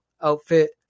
outfit